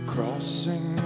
Crossing